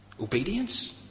Obedience